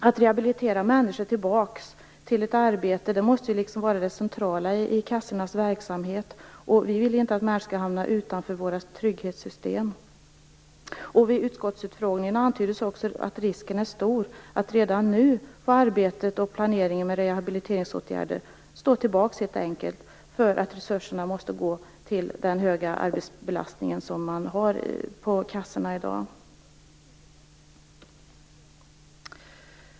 Att rehabilitera människor så att de kommer tillbaka till ett arbete måste vara det centrala i kassornas verksamhet. Vi vill inte att människor skall hamna utanför våra trygghetssystem. Vid utskottsutfrågningen antyddes också att risken är stor för att arbetet och planeringen med rehabiliteringsåtgärder redan nu får stå tillbaka, därför att resurserna måste gå till den höga arbetsbelastning man i dag har på kassorna.